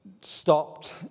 stopped